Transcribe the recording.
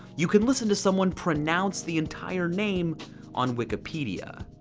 you can listen to someone pronounce the entire name on wikipedia.